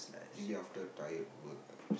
maybe after tired work